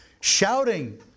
Shouting